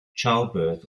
childbirth